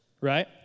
Right